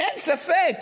אין ספק